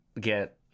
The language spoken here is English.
get